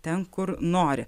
ten kur nori